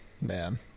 Man